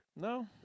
No